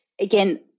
again